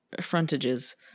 frontages